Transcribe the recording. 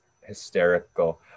hysterical